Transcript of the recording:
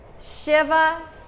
Shiva